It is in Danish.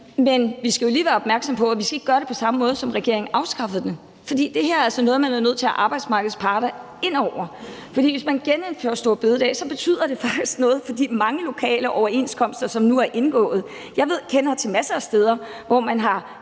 Men vi skal jo lige være opmærksom på, at vi ikke skal gøre det på samme måde, som regeringen afskaffede den, fordi det her er altså noget, man er nødt til at have arbejdsmarkedets parter ind over. For hvis man genindfører store bededag, betyder det faktisk noget for de mange lokale overenskomster, som nu er indgået. Jeg kender til masser af steder, hvor man i